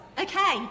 okay